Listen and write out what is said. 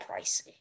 pricey